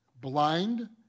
blind